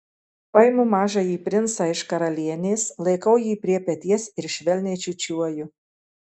paimu mažąjį princą iš karalienės laikau jį prie peties ir švelniai čiūčiuoju